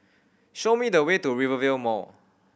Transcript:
show me the way to Rivervale Mall